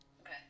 Okay